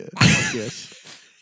Yes